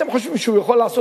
אתה לא חייב להשיב לו,